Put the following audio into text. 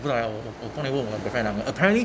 不赖我跟你问我 girlfriend number apparently